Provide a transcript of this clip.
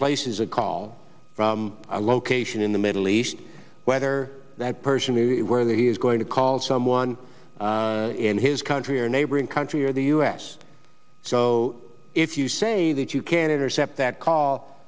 places a call from a location in the middle east whether that person we where he is going to call someone in his country or neighboring country or the u s so if you say that you can